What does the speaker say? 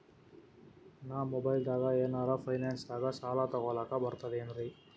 ನಾ ಮೊಬೈಲ್ದಾಗೆ ಏನರ ಫೈನಾನ್ಸದಾಗ ಸಾಲ ತೊಗೊಲಕ ಬರ್ತದೇನ್ರಿ?